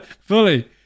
Fully